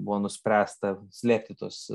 buvo nuspręsta slėpti tuos